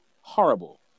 horrible